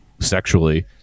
sexually